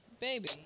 baby